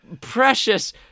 precious